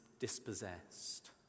dispossessed